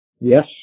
Yes